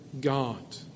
God